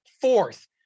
fourth